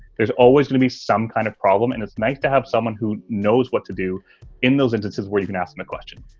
there's always going to be some kind of problem and it's nice to have someone who knows what to do in those instances where you can ask them a question.